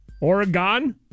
Oregon